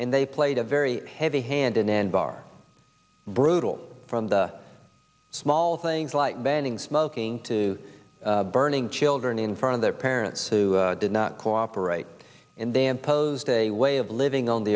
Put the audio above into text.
and they played a very heavy handed and are brutal from the small things like banning smoking to burning children in front of their parents who did not cooperate and they imposed a way of living on the